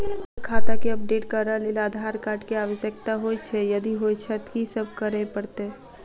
Sir खाता केँ update करऽ लेल आधार कार्ड केँ आवश्यकता होइ छैय यदि होइ छैथ की सब करैपरतैय?